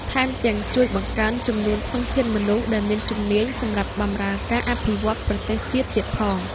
ថែមទាំងជួយបង្កើនចំនួនធនធានមនុស្សដែលមានជំនាញសម្រាប់បម្រើដល់ការអភិវឌ្ឍប្រទេសជាតិទៀតផង។